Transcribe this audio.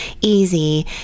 easy